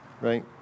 right